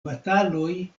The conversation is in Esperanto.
bataloj